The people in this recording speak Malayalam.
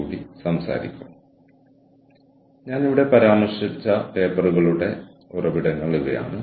കൂടാതെ ഇവയാണ് ഞാൻ ഉപയോഗിച്ച സ്രോതസ്സുകൾ ഞാൻ നിങ്ങളോട് പറഞ്ഞു